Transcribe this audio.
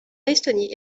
estonie